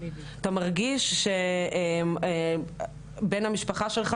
אתה מרגיש שבן המשפחה שלך,